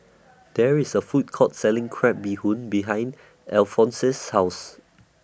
There IS A Food Court Selling Crab Bee Hoon behind Alphonse's House